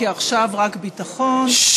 כי עכשיו רק ביטחון.